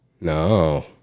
No